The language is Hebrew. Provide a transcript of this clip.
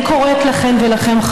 אני קוראת לכן ולכם,